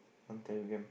I'm telegram